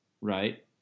right